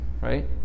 right